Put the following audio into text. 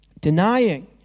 Denying